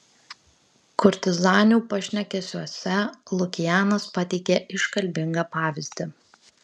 kurtizanių pašnekesiuose lukianas pateikia iškalbingą pavyzdį